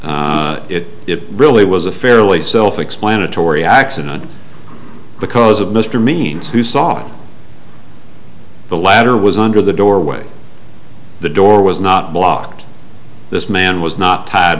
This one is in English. it really was a fairly self explanatory accident because of mr means who saw the ladder was under the doorway the door was not blocked this man was not tied